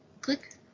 Click